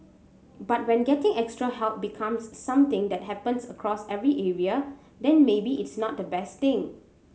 but when getting extra help becomes something that happens across every area then maybe it's not the best thing